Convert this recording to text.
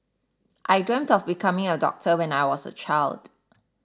I dreamt of becoming a doctor when I was a child